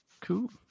Cool